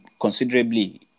considerably